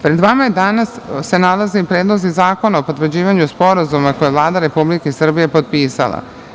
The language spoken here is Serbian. Pred vama se danas nalaze i predlozi zakona o potvrđivanju sporazuma koje je Vlada Republike Srbije potpisala.